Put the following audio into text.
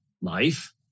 life